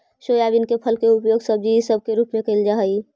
soybean के फल के उपयोग सब्जी इसब के रूप में कयल जा हई